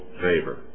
favor